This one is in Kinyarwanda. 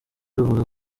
ruvuga